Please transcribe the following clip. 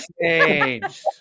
changed